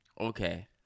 okay